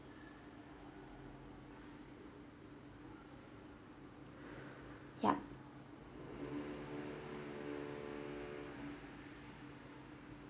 ya